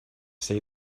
say